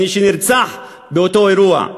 ונרצח באותו אירוע,